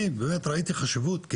אני באמת ראיתי חשיבות,